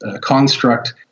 construct